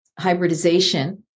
hybridization